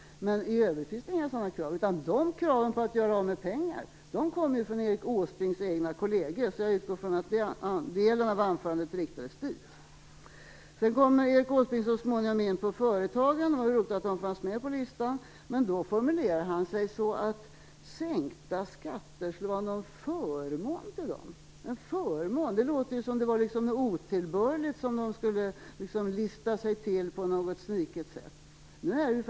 Kraven på att man skall göra av med pengar kommer ju från Erik Åsbrinks egna kolleger. Så jag utgår ifrån att en del av hans anförande riktades till dem. Sedan kommer Erik Åsbrink så småningom in på småföretagen, och det var ju roligt att de fanns med listan. Men han formulerar sig som att sänkta skatter skulle vara en förmån till småföretagen. Det låter som att det rörde sig någonting otillbörligt som de skulle försöka att lura till sig på ett sniket sätt.